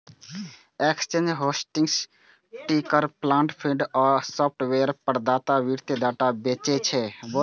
exchange, hosting, ticker plant feed आ software प्रदाता वित्तीय डाटा बेचै छै